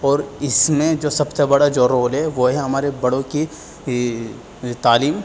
اور اس میں جو سب سے بڑا جو رول ہے وہ ہے ہمارے بڑوں کی تعلیم